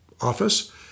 office